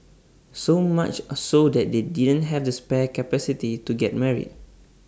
so much A so that they didn't have the spare capacity to get married